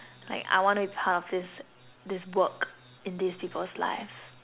like I wanna be part of this this work in these people's lives